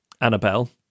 Annabelle